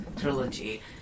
trilogy